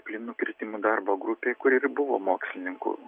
plynų kirtimų darbo grupė kuri ir buvo mokslininkų